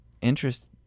interest